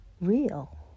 real